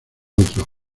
otro